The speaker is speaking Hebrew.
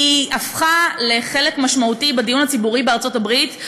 הפכו לחלק משמעותי בדיון הציבורי בארצות-הברית,